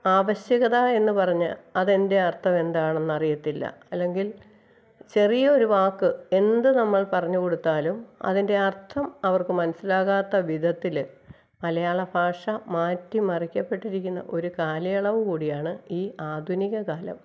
ആവശ്യകത എന്നു പറഞ്ഞാൽ അതിൻ്റെ അർഥമെന്താന്ന് അറിയത്തില്ല അല്ലെങ്കിൽ ചെറിയ ഒരു വാക്ക് എന്ത് നമ്മൾ പറഞ്ഞു കൊടുത്താലും അതിൻ്റെ അർത്ഥം അവർക്ക് മനസ്സിലാകാത്ത വിധത്തിൽ മലയാള ഭാഷ മാറ്റി മറിക്കപ്പെട്ടിരിക്കുന്ന ഒരു കാലയളവു കൂടിയാണ് ഈ ആധുനിക കാലം